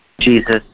Jesus